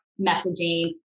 messaging